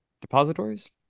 Depositories